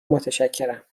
متشکرم